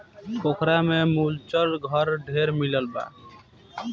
पोखरा में मुलच घर ढेरे मिलल बा